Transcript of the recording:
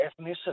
ethnicity